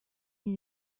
une